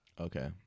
Okay